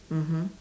mmhmm